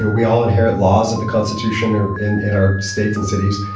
ah we all inherit laws of the constitution or in in our states and cities.